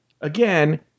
again